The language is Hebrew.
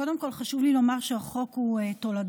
קודם כול, חשוב לי לומר שהחוק הוא תולדה